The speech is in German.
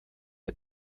der